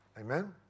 Amen